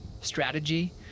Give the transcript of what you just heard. strategy